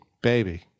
Baby